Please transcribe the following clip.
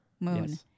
moon